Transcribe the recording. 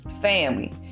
family